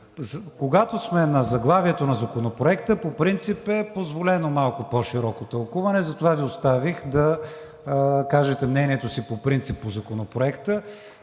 Когато сме на заглавието на Законопроекта, по принцип е позволено малко по-широко тълкуване, затова Ви оставих да кажете мнението си по принцип по Законопроекта,